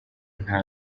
nta